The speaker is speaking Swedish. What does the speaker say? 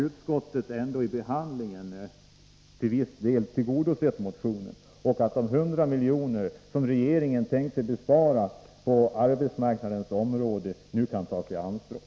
Utskottet har ändå i behandlingen till viss del tillgodosett motionen, och de 100 miljoner som regeringen tänker spara på arbetsmarknadens område kan nu tas i anspråk.